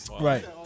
Right